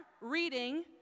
reading